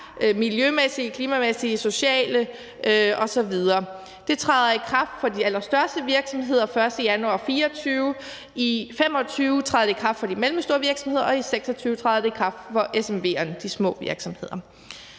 miljømæssige, klimamæssige, sociale osv. Det træder i kraft for de allerstørste virksomheder den 1. januar 2024, i 2025 træder det i kraft for de mellemstore virksomheder, og i 2026 træder det i kraft for SMV'erne, de små virksomheder.